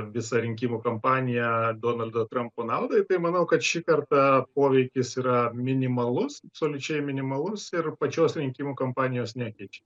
visą rinkimų kampaniją donaldo trumpo naudai tai manau kad šį kartą poveikis yra minimalus absoliučiai minimalus ir pačios rinkimų kampanijos nekeičia